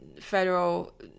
federal